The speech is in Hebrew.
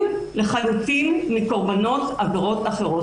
לחלוטין משל קורבנות עבירות אחרות.